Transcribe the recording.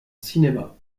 cinéma